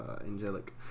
angelic